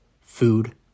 food